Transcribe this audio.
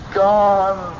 gone